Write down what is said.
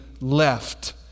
left